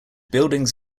buildings